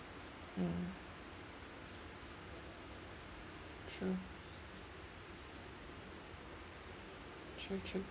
mm true true true